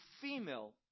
female